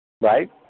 Right